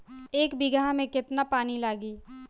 एक बिगहा में केतना पानी लागी?